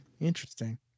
interesting